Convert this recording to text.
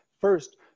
First